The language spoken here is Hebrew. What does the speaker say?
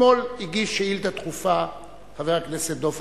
אתמול הגיש שאילתא דחופה חבר הכנסת דב